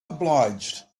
obliged